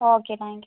okay thank you